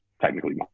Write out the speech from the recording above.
technically